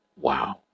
Wow